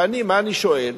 ואני, מה אני שואל?